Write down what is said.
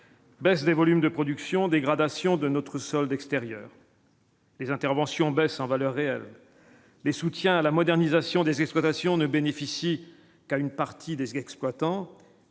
Baisse des volumes de production dégradation de notre solde extérieur. Les interventions baisse en valeur réelle, les soutiens à la modernisation des exploitations ne bénéficie qu'à une partie des exploitants,